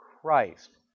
Christ